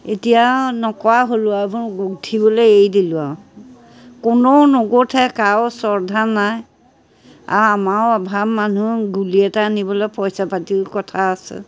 এতিয়া আৰু নকৰা হ'লোঁ আৰু এইবোৰ গোঁঠিবলৈ এৰি দিলোঁ আৰু কোনোও নগোঁঠে কাৰো শ্ৰদ্ধা নাই আৰু আমাৰো অভাৱ মানুহ গুলী এটা আনিবলৈ পইচা পাতিও কথা আছে